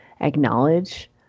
acknowledge